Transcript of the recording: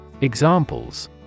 Examples